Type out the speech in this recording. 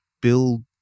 build